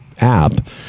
App